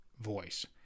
voice